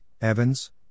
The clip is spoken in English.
Evans